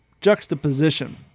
juxtaposition